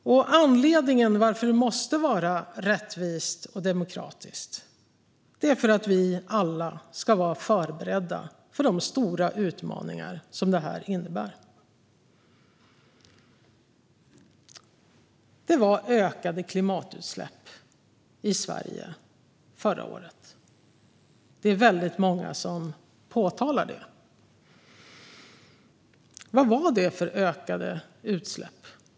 Och anledningen till att det måste vara rättvist och demokratiskt är att vi alla ska vara förberedda på de stora utmaningar som detta innebär. Det var ökade klimatutsläpp i Sverige förra året. Det är väldigt många som påpekar det. Vad var det då för ökade utsläpp?